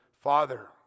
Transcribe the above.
Father